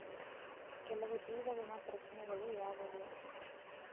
ಕೆಲವು ಜೀವ ವಿಮಾ ಪ್ರಶ್ನೆಗಳು ಯಾವುವು?